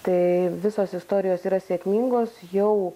tai visos istorijos yra sėkmingos jau